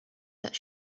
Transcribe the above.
that